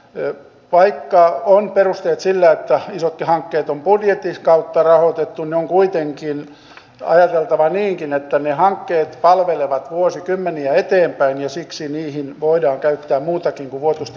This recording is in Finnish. vaikka on perusteet sille että isotkin hankkeet on budjetin kautta rahoitettu niin on kuitenkin ajateltava niinkin että ne hankkeet palvelevat vuosikymmeniä eteenpäin ja siksi niihin voidaan käyttää muutakin kuin vuotuista budjettirahoitusta